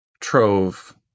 Trove